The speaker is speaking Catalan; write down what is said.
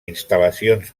instal·lacions